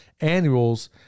annuals